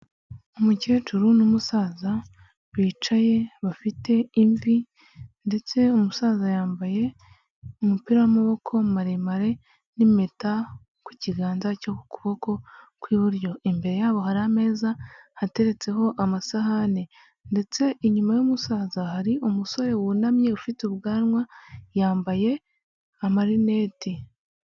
Umukecuru n'umusaza bicaye bafite imvi ndetse umusaza yambaye umupira w'amaboko maremare n'impeta ku kiganza cyo ku kuboko kw'iburyo, imbere yabo hari ameza ateretseho amasahane ndetse inyuma y'umusaza hari umusore wunamye ufite ubwanwa yambaye amarineti.